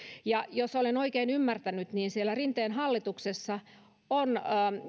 ja jos olen oikein ymmärtänyt niin siellä rinteen hallituksessa on